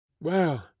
Well